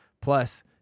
Plus